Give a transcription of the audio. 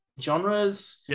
genres